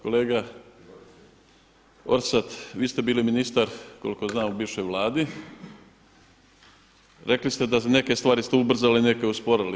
Kolega Orsat, vi ste bili ministar koliko znam u bivšoj Vladi, rekli ste da neke stvari ste ubrzali a neke usporili.